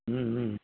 ಹ್ಞೂ ಹ್ಞೂ